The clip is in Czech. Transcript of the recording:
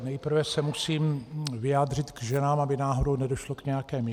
Nejprve se musím vyjádřit k ženám, aby náhodou nedošlo k nějaké mýlce.